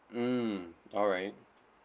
mm alright